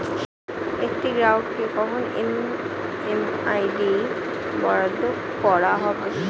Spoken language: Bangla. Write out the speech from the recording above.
একটি গ্রাহককে কখন এম.এম.আই.ডি বরাদ্দ করা হবে?